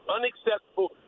Unacceptable